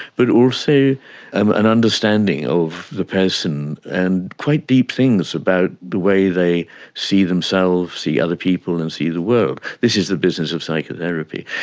but also an understanding of the person and quite deep things about the way they see themselves, see other people and see the world. this is the business of psychotherapy.